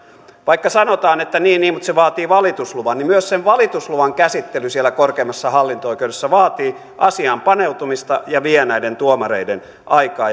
vaikka sanotaan että niin niin mutta se vaatii valitusluvan niin myös sen valitusluvan käsittely siellä korkeimmassa hallinto oikeudessa vaatii asiaan paneutumista ja vie näiden tuomareiden aikaa